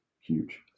huge